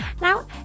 Now